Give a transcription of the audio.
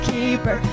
Keeper